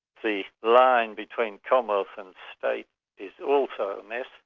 the line between commonwealth and state is also a mess.